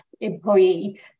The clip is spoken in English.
employee